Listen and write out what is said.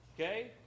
Okay